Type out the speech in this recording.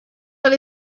but